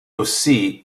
aussi